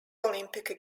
olympic